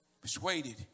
persuaded